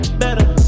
better